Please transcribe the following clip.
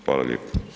Hvala lijepo.